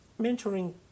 mentoring